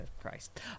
Christ